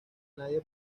nadie